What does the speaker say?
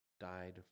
died